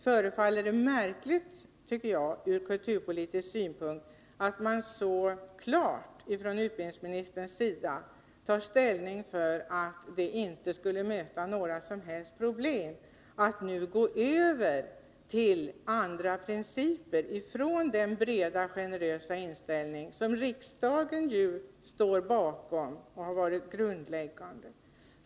Från kulturpolitisk synpunkt förefaller det märkligt, tycker jag, att utbildningsministern anser att det inte skulle möta några som helst problem att nu gå över till andra principer — från principerna om en bred, generös inställning som ju riksdagen står bakom och som har varit grundläggande.